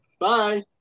Bye